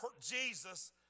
Jesus